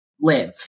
live